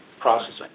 processing